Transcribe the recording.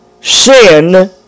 sin